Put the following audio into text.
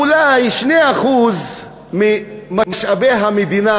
אולי 2% ממשאבי המדינה,